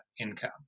income